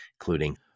including